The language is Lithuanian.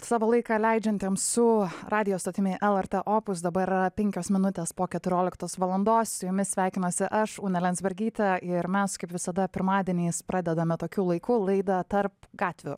savo laiką leidžiantiems su radijo stotimi lrt opus dabar yra penkios minutės po keturioliktos valandos su jumis sveikinuosi aš unė liandzbergytė ir mes kaip visada pirmadieniais pradedame tokiu laiku laidą tarp gatvių